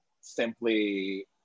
simply